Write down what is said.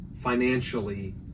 financially